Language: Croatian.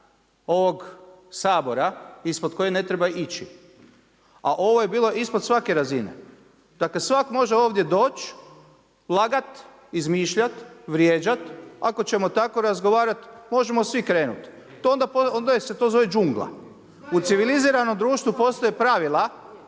ovog Sabora ispod koje ne treba ići. A ovo je bilo ispod svake razine, dakle svak može ovdje doć, lagat, izmišljat, vrijeđat, ako ćemo tako razgovarat, možemo svi krenut, onda se to zove džungla. U civiliziranom društvu postoje pravila